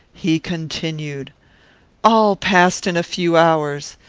he continued all passed in a few hours.